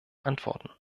antworten